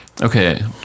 Okay